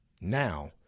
Now